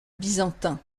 byzantins